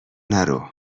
نرو